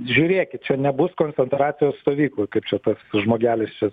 žiūrėkit čia nebus koncentracijos stovyklų kaip čia tas žmogelis čia